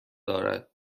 دارد